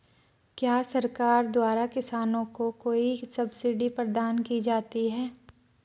क्या सरकार द्वारा किसानों को कोई सब्सिडी प्रदान की जाती है?